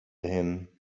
him